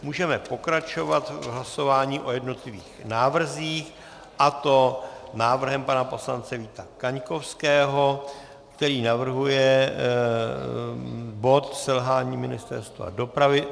Můžeme pokračovat v hlasování o jednotlivých návrzích, a to návrhem poslance Víta Kaňkovského, který navrhuje bod selhání Ministerstva dopravy.